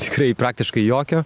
tikrai praktiškai jokio